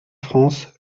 france